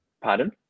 Pardon